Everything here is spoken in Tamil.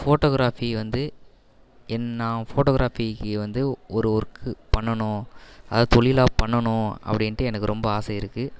ஃபோட்டோகிராஃபி வந்து என் நான் ஃபோட்டோகிராஃபிக்கு வந்து ஒரு ஒர்க்கு பண்ணணும் அதை தொழிலா பண்ணணும் அப்படின்ட்டு எனக்கு ரொம்ப ஆசை இருக்குது